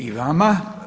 I vama.